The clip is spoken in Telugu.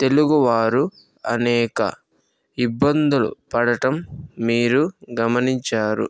తెలుగువారు అనేక ఇబ్బందులు పడటం మీరు గమనించారు